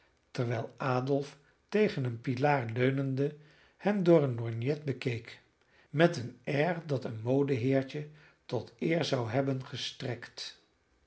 terwijl adolf tegen een pilaar leunende hem door een lorgnet bekeek met een air dat een modeheertje tot eer zou hebben gestrekt